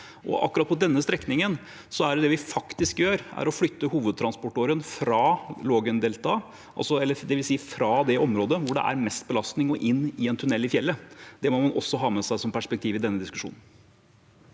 Akkurat på denne strekningen er det vi faktisk gjør, å flytte hovedtransportåren fra Lågendeltaet, dvs. fra det området hvor det er mest belastning, og inn i en tunnel i fjellet. Det må man også ha med seg som perspektiv i denne diskusjonen.